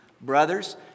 Brothers